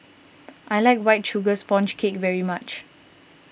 I like White Sugar Sponge Cake very much